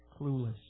Clueless